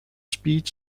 speed